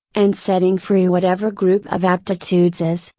and setting free whatever group of aptitudes is,